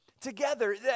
Together